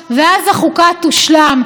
ואז החוקה תושלם,